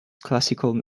classical